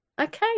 Okay